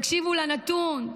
תקשיבו לנתון,